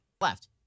Left